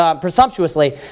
presumptuously